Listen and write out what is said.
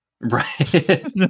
Right